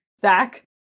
Zach